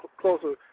closer